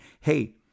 Hey